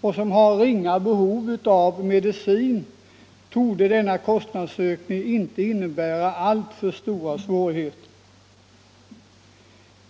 och som har ringa behov av medicin torde denna kostnadsökning inte innebära alltför stora svårigheter.